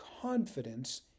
confidence